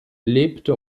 lebte